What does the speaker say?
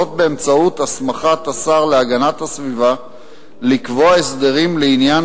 באמצעות הסמכת השר להגנת הסביבה לקבוע הסדרים לעניין